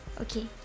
Okay